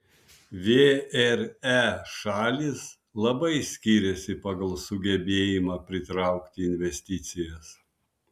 vre šalys labai skiriasi pagal sugebėjimą pritraukti investicijas